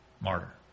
martyr